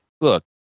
look